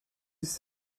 ist